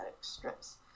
strips